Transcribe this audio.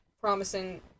promising